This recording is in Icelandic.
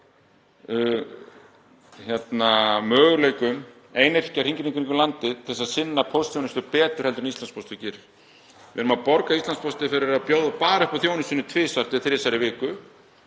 möguleikum einyrkja, hringinn í kringum landið, til að sinna póstþjónustu betur heldur en Íslandspóstur gerir. Við erum að borga Íslandspósti fyrir að bjóða bara upp á þjónustuna tvisvar til þrisvar í viku,